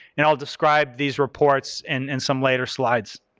and i'll describe these reports in some later slides.